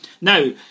Now